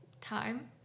time